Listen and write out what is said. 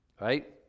right